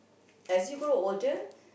as you grow older